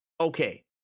okay